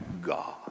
God